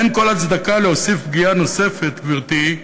אין כל הצדקה להוסיף פגיעה נוספת, גברתי,